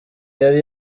yari